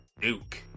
Duke